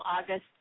August